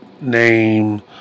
name